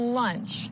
lunch